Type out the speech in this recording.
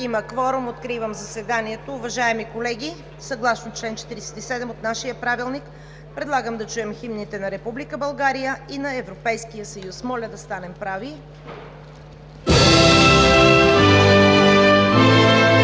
Има кворум. Откривам заседанието. Уважаеми колеги, съгласно чл. 47 от нашия Правилник предлагам да чуем химните на Република България и на Европейския съюз. Моля да станем прави.